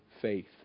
faith